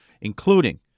including